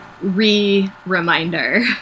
re-reminder